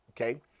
okay